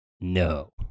No